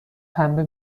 پنبه